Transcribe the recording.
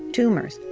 tumors,